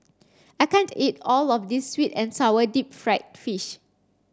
I can't eat all of this sweet and sour deep fried fish